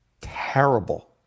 terrible